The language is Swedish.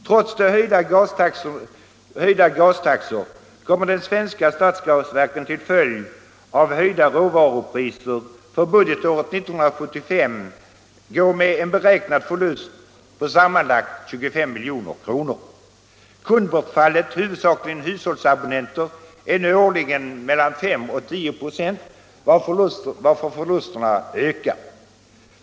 Trots höjda gastaxor kommer de svenska stadsgasverken till följd av höjda råvarupriser att under år 1975 gå med en beräknad förlust på sammanlagt 25 milj.kr. Kundbortfallet, huvudsakligen hyshållsabonnenter, är årligen mellan 5-10 96, varför förlusterna ökar.